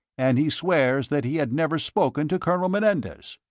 and he swears that he had never spoken to colonel menendez.